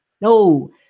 no